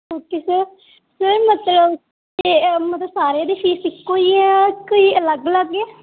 okay sir sir ਮਤਲਬ ਕਿ ਮਤਲਬ ਸਾਰਿਆਂ ਦੀ ਫੀਸ ਇੱਕੋ ਹੀ ਹੈ ਕੋਈ ਅਲੱਗ ਅਲੱਗ ਹੈ